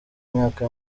myaka